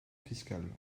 fiscale